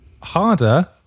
Harder